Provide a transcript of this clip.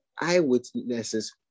eyewitnesses